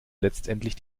letztendlich